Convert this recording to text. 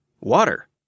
water